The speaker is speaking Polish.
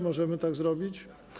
Możemy tak zrobić?